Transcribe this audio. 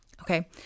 okay